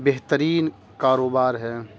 بہترین کاروبار ہے